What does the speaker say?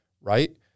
right